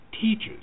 teaches